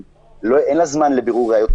אין לה זמן לבירור ראיות,